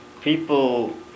people